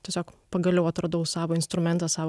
tiesiog pagaliau atradau savo instrumentą savo